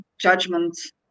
judgments